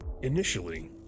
Initially